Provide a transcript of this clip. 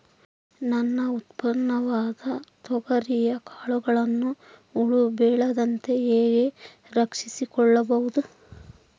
ನನ್ನ ಉತ್ಪನ್ನವಾದ ತೊಗರಿಯ ಕಾಳುಗಳನ್ನು ಹುಳ ಬೇಳದಂತೆ ಹೇಗೆ ರಕ್ಷಿಸಿಕೊಳ್ಳಬಹುದು?